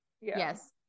yes